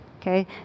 Okay